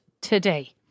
today